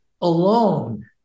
alone